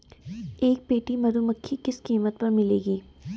एक पेटी मधुमक्खी किस कीमत पर मिलेगी?